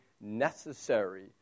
necessary